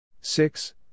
six